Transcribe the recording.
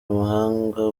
ubuhanga